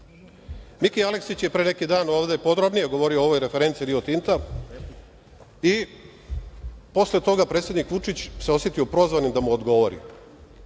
Aleksić je pre neki dan ovde podrobnije govorio o ovoj referenci Rio Tinta i posle toga se predsednik Vučić osetio prozvanim da mu odgovori,